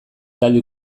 talde